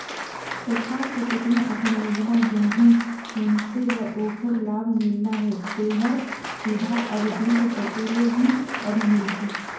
सरकार के कतनो अकन योजना जेम्हें मइनसे ल ओखर लाभ मिलना हे तेहर सीधा अब बेंक कति ले ही अब मिलथे